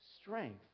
strength